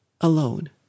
alone